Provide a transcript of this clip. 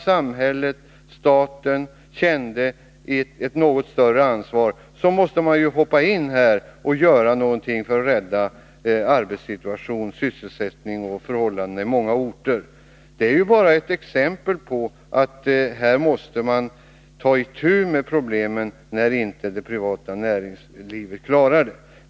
Samhället-staten, som kände ett något större ansvar, måste hoppa in och göra någonting för att rädda arbetssituationen, sysselsättningen och förhållandena på många orter. Det är bara ett exempel på hur samhället måste ta itu med problemen, när inte det privata näringslivet klarar dem.